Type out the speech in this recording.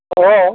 অঁ অঁ